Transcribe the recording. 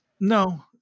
No